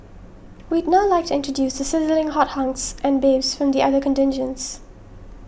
we'd now like to introduce the sizzling hot hunks and babes from the other contingents